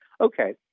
Okay